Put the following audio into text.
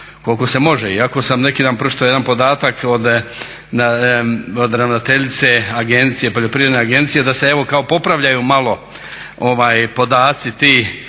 koliko se može, iako sam neki dan pročitao jedan podatak od ravnateljice poljoprivredne agencije da se evo kao popravljaju malo podaci ti.